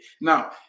Now